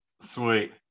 Sweet